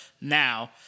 now